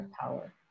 power